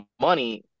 money